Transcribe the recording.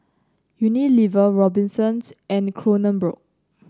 Unilever Robinsons and Kronenbourg